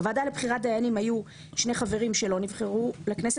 בוועדה לבחירת דיינים היו שני חברים שלא נבחרו לכנסת,